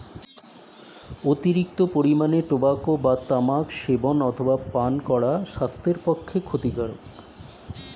অতিরিক্ত পরিমাণে টোবাকো বা তামাক সেবন অথবা পান করা স্বাস্থ্যের পক্ষে ক্ষতিকারক